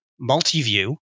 Multiview